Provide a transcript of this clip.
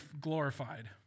glorified